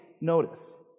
notice